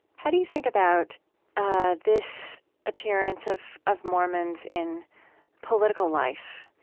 how do you think about ah this appearance of of mormons in political life,